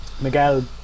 Miguel